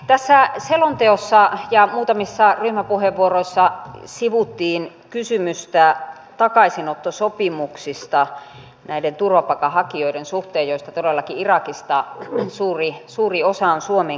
tässä selonteossa ja muutamissa ryhmäpuheenvuoroissa sivuttiin kysymystä takaisinottosopimuksista näiden turvapaikanhakijoiden suhteen joista todellakin irakista suuri osa on suomeenkin tullut